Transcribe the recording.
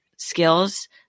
Skills